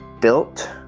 built